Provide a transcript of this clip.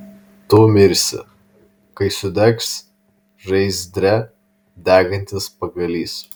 tu mirsi kai sudegs žaizdre degantis pagalys